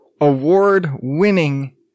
award-winning